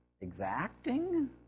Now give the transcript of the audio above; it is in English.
exacting